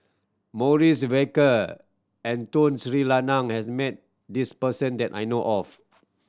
Maurice Baker and Tun Sri Lanang has met this person that I know of